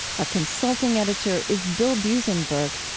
our consulting editor is bill buzenberg.